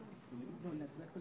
היא פי